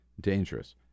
dangerous